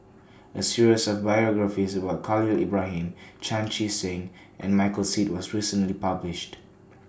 A series of biographies about Khalil Ibrahim Chan Chee Seng and Michael Seet was recently published